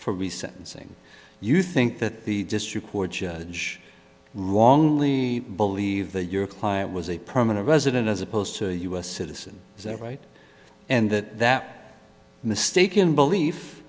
saying you think that the district court judge wrongly believe that your client was a permanent resident as opposed to a u s citizen is that right and that that mistaken belief